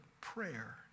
prayer